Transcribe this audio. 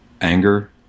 anger